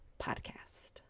podcast